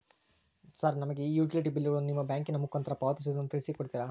Sir ನಮಗೆ ಈ utility ಬಿಲ್ಲುಗಳನ್ನು ನಿಮ್ಮ ಬ್ಯಾಂಕಿನ ಮುಖಾಂತರ ಪಾವತಿಸುವುದನ್ನು ತಿಳಿಸಿ ಕೊಡ್ತೇರಾ?